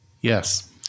Yes